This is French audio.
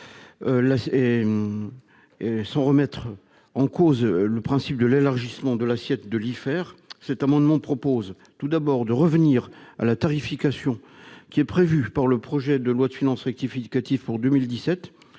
sans remettre en cause le principe de l'élargissement de l'assiette de l'IFER, cet amendement prévoit, d'une part, de revenir à la tarification prévue par le projet de loi de finances rectificative pour 2017